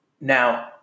Now